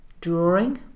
drawing